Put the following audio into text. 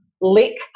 lick